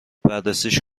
بررسیش